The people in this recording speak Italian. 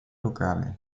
locale